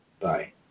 Bye